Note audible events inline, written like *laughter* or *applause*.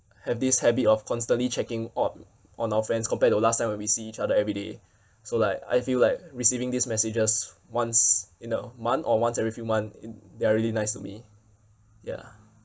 have this habit of constantly checking on on our friends compared to last time when we see each other every day *breath* so like I feel like receiving these messages once in a month or once every few month in they're really nice to me ya